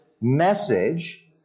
message